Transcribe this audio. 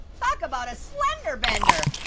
talk about a slender bender.